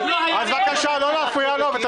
בבקשה, לא להפריע לו.